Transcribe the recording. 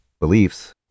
beliefs